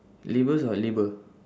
labels or label